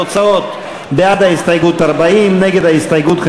התוצאות: בעד ההסתייגות, 40, נגד ההסתייגות,